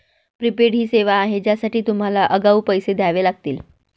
prepaid ही सेवा आहे ज्यासाठी तुम्हाला आगाऊ पैसे द्यावे लागतील